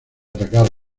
atacar